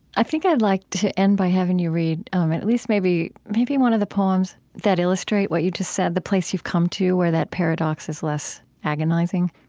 i think i'd like to end by having you read um at at least maybe maybe one of the poems that illustrate what you just said the place you've come to, where that paradox is less agonizing